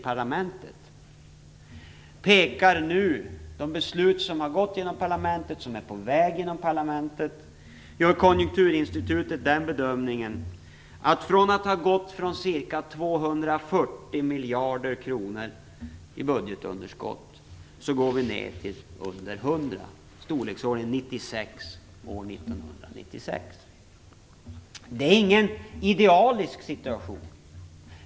De beslut som har tagits av riksdagen och som är på väg genom riksdagen pekar enligt Konjunkturinstitutets bedömning på att vi från ett utgångsläge med ett budgetunderskott om ca 240 miljarder kronor kommer att gå ned till under 100 miljarder, i storleksordningen 96 Detta är ingen idealisk situation.